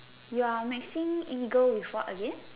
you are mixing eagle with what again